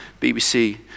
BBC